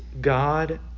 God